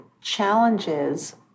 challenges